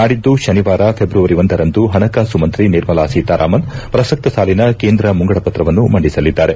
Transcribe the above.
ನಾಡಿದ್ದು ಶನಿವಾರ ಫೆಬ್ರವರಿ ಒಂದರಂದು ಪಣಕಾಸು ಮಂತ್ರಿ ನಿರ್ಮಲಾ ಸೀತಾರಾಮನ್ ಪ್ರಸಕ್ತ ಸಾಲಿನ ಕೇಂದ್ರ ಮುಂಗಡಪತ್ರವನ್ನು ಮಂಡಿಸಲಿದ್ದಾರೆ